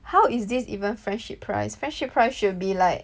how is this even friendship price friendship price should be like